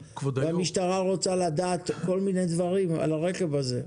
והמשטרה רוצה לדעת כל מיני דברים על הרכב הזה.